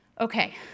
Okay